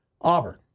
Auburn